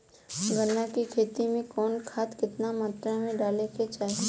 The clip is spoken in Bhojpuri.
गन्ना के खेती में कवन खाद केतना मात्रा में डाले के चाही?